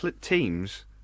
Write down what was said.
teams